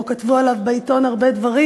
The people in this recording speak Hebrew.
או "כתבו עליו בעיתון הרבה דברים,